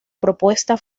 propuesta